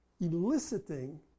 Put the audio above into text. eliciting